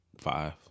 five